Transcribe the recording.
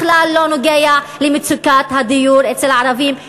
בכלל לא נוגע למצוקת הדיור אצל הערבים.